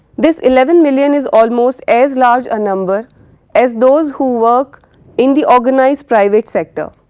this eleven million is almost as large a number as those who work in the organised private sector.